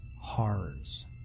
horrors